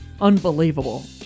unbelievable